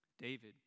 David